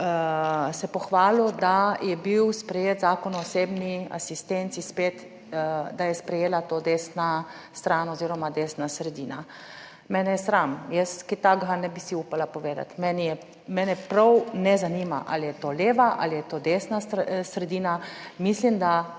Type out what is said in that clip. se pohvalil, da je bil sprejet Zakon o osebni asistenci, spet da je sprejela to desna stran oziroma desna sredina, mene je sram, jaz kaj takega ne bi si upala povedati. Meni je mene prav ne zanima ali je to leva ali je to desna sredina, mislim da